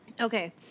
Okay